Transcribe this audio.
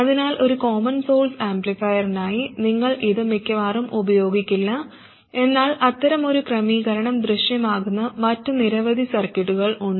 അതിനാൽ ഒരു common source ആംപ്ലിഫയറിനായി നിങ്ങൾ ഇത് മിക്കവാറും ഉപയോഗിക്കില്ല എന്നാൽ അത്തരമൊരു ക്രമീകരണം ദൃശ്യമാകുന്ന മറ്റ് നിരവധി സർക്യൂട്ടുകൾ ഉണ്ട്